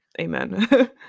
amen